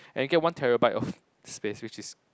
and you get one terabyte of space which is